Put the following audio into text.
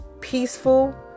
peaceful